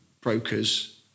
brokers